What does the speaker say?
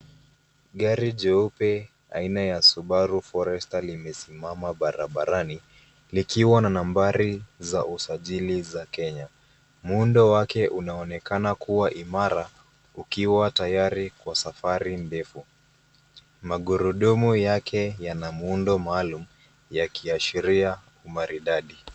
Gari jeupe aina ya Subaru Forester limesimama barabarani likiwa na nambari za usajili za Kenya. Muundo wake unaonekana kuwa imara ukiwa tayari kwa safari ndefu. Magurudumu yake yana muundo maalum yakiashiria umaridadi.